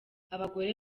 abagore